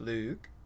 Luke